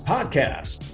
Podcast